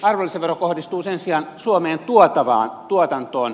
arvonlisävero kohdistuu sen sijaan suomeen tuotavaan tuotantoon